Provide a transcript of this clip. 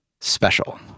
special